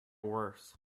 worse